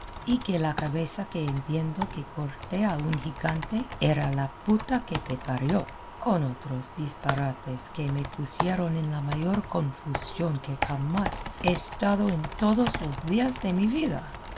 y que la cabeza que entiendo que corté a un gigante era la puta que te parió con otros disparates que me pusieron en la mayor confusión que jamás he estado en todos los días de mi vida